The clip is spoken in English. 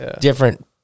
different